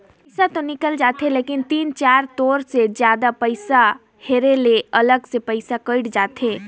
पइसा तो निकल जाथे लेकिन तीन चाएर तोर ले जादा पइसा हेरे ले अलग से पइसा कइट जाथे